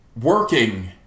working